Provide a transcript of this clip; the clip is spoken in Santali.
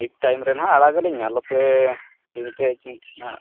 ᱴᱷᱤᱠ ᱴᱟᱭᱤᱢ ᱨᱮ ᱱᱟᱦᱟᱜ ᱟᱲᱟᱜᱟ ᱞᱤᱧ ᱟᱞᱚ ᱯᱮ ᱪᱤᱱᱛᱟᱹᱭᱟ ᱪᱤᱱᱛᱟᱹ